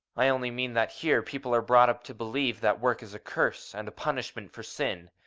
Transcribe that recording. i only mean that here people are brought up to believe that work is a curse and a punishment for sin,